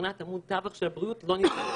כעמוד תווך של הבריאות אנחנו לא נקרוס.